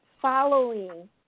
following